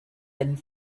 and